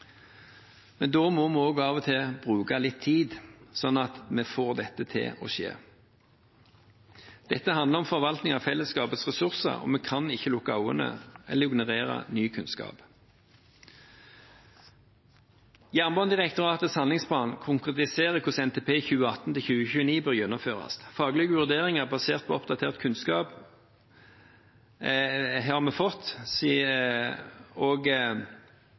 men da må vi av og til bruke litt tid, slik at vi får dette til å skje. Dette handler om forvaltning av fellesskapets ressurser, og vi kan ikke lukke øynene eller ignorere ny kunnskap. Jernbanedirektoratets handlingsplan konkretiserer hvordan NTP for 2018–2029 bør gjennomføres. Faglige vurderinger basert på oppdatert kunnskap vi har fått, legges til grunn for det som direktoratet har framlagt. Det er fortsatt sånn at vi